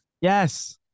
yes